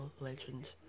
legend